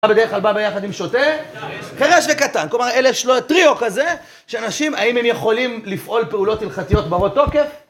בדרך כלל בא ביחד עם שוטה, חרש וקטן, כלומר אלף שלו, טריוך כזה שאנשים, האם הם יכולים לפעול פעולות הלכתיות ברות תוקף?